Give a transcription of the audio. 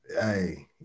hey